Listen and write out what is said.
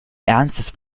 ernstes